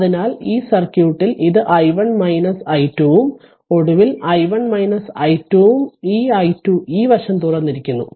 അതിനാൽ ഈ സർക്യൂട്ടിൽ ഇത് i1 i2 ഉം ഒടുവിൽ i1 i2 ഉം ഈ i2 ഈ വശം തുറന്നിരിക്കുന്നു